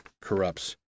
corrupts